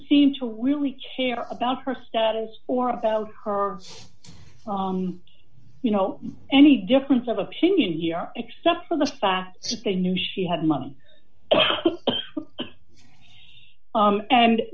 seem to really care about her status or about her you know any difference of opinion here except for the fact just they knew she had money